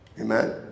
Amen